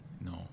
No